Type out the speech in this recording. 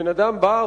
בן-אדם בא,